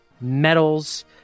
medals